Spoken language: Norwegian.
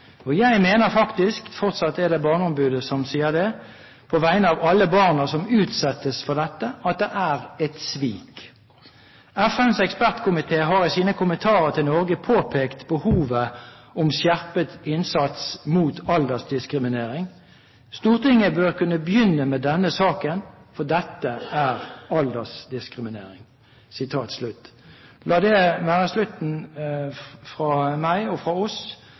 Og jeg mener faktisk» – fortsatt er det barneombudet som sier det – «på vegne av alle barna som utsettes for dette – at det er et svik. FNs ekspertkomite har i sine kommentarer til Norge påpekt behovet om skjerpet innsats mot aldersdiskriminering. Stortinget bør kunne begynne med denne saken, for dette er aldersdiskriminering.» La dette være det siste fra meg og fra oss.